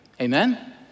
amen